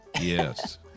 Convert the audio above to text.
Yes